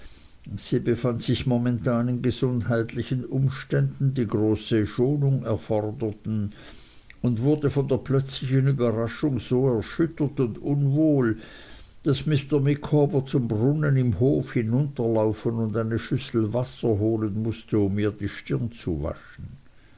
sie befand sich momentan in gesundheitlichen umständen die große schonung erforderten und wurde von der plötzlichen überraschung so erschüttert und unwohl daß mr micawber zum brunnen im hof hinunterlaufen und eine schüssel wasser holen mußte um ihr die stirn zu waschen